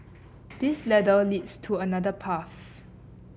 this ladder leads to another path